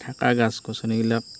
থাকা গাছ গছনিবিলাক